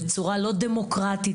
בצורה לא דמוקרטית,